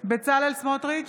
בצלאל סמוטריץ'